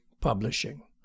Publishing